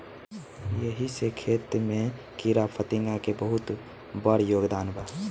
एही से खेती में कीड़ाफतिंगा के भी बहुत बड़ योगदान बा